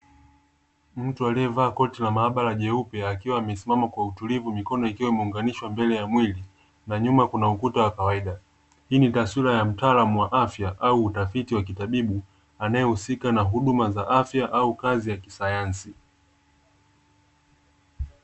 Mtu aliyevaa koti la maabara jeupe akiwa amesimama kwa utulivu, mikono ikiwa imeunganishwa mbele ya mwili na nyuma kuna ukuta wa kawaida, hii ni taswira ya mtaalamu wa afya au utafiti wa kitabibu anayehusika na huduma za afya au kazi ya kisayansi.